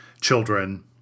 children